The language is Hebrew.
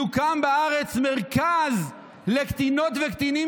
יוקם בארץ מרכז לקטינות וקטינים,